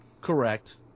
Correct